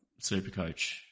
Supercoach